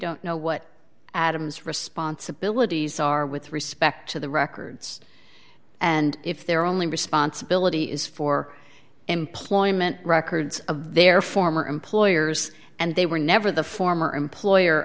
don't know what adam's responsibilities are with respect to the records and if they're only responsibility is for employment records of their former employers and they were never the former employer